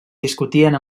discutien